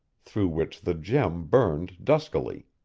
through which the gem burned duskily.